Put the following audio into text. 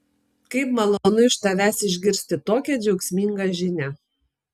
kaip malonu iš tavęs išgirsti tokią džiaugsmingą žinią